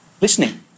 listening